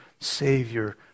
savior